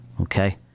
okay